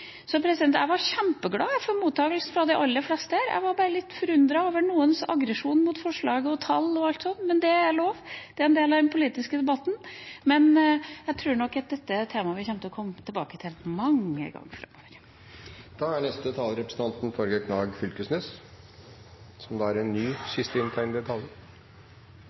Jeg var kjempeglad for mottakelsen fra de aller fleste. Jeg var bare litt forundret over noens aggresjon mot forslaget, mot tall og alt sånt – men det er lov, det er en del av den politiske debatten. Men jeg tror nok at dette er et tema vi kommer til å komme tilbake til mange ganger framover. Eg var absolutt ikkje aggressiv – engasjert er vel det som er